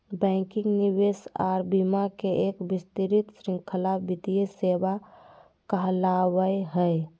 banking, निवेश आर बीमा के एक विस्तृत श्रृंखला वित्तीय सेवा कहलावय हय